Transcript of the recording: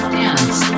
dance